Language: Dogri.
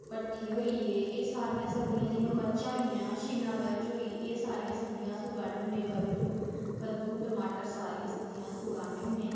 भट्ठे होइये एह् सारियां सब्ज़ियां जि'यां मरचां होइयां शिमला मरच होई एह् सारियां सब्जियां अस उग्गाने होने कद्दू कद्दू टमाटर सारियां सब्जियां अस उग्गाने होने